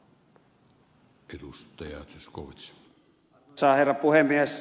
arvoisa herra puhemies